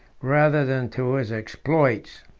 rather than to his exploits.